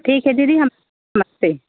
ठीक है दीदी नमस्ते